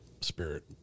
spirit